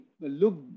look